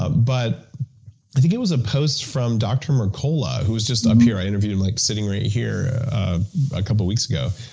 but i think it was a post from dr. mercola, who was just up here. i interviewed him like sitting right here a couple weeks ago.